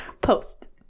Post